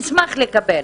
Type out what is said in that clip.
נשמח לקבל